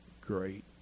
great